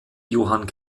johann